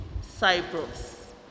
Cyprus